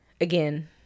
Again